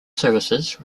services